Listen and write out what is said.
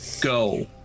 Go